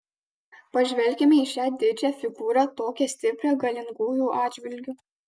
pažvelkime į šią didžią figūrą tokią stiprią galingųjų atžvilgiu